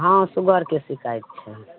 हँ सुगरके शिकाइत छै